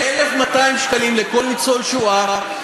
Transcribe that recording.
1,200 שקלים לכל ניצול שואה,